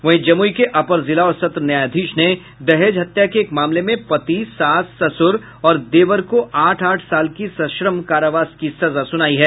वहीं जमूई के अपर जिला और सत्र न्यायाधीश ने दहेज हत्या के एक मामले मे पति सासससुर और देवर को आठ आठ साल की सश्रम कारावास की सजा सुनाई है